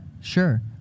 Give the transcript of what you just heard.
sure